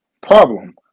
problem